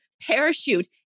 parachute